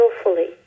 skillfully